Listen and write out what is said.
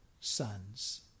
sons